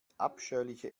abscheuliche